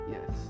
Yes